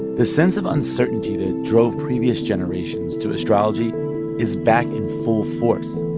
the sense of uncertainty that drove previous generations to astrology is back in full force.